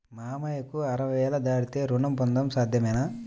మామయ్యకు అరవై ఏళ్లు దాటితే రుణం పొందడం సాధ్యమేనా?